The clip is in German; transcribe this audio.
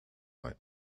ein